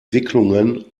wicklungen